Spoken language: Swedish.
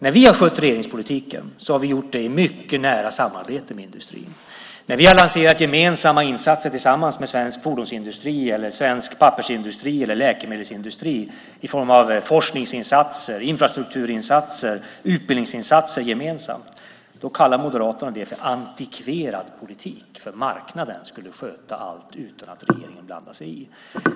När vi har skött regeringspolitiken har vi gjort det i mycket nära samarbete med industrin. När vi har lanserat insatser tillsammans med svensk fordonsindustri eller med svensk pappersindustri eller läkemedelsindustri i form av forskningsinsatser, infrastrukturinsatser och utbildningsinsatser kallar Moderaterna det för antikverad politik; marknaden ska sköta allt utan att regeringen blandar sig i.